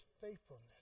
faithfulness